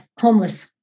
homeless